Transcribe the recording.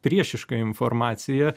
priešiška informacija